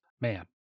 Man